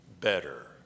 better